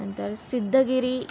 नंतर सिद्धगिरी